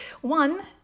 one